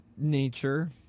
nature